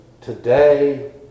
today